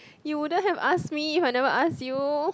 you wouldn't have asked me if I never ask you